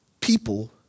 people